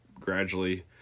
gradually